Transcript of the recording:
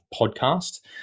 podcast